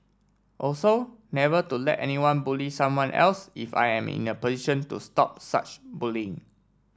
also never to let anyone bully someone else if I am in a position to stop such bullying